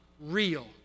real